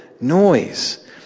noise